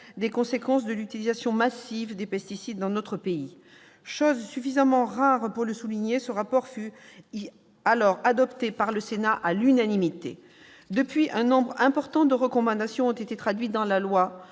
des conséquences de l'utilisation massive des pesticides dans notre pays. Chose suffisamment rare pour être soulignée, ce rapport fut alors adopté par le Sénat à l'unanimité. Depuis, un nombre important de recommandations ont été traduites dans la loi,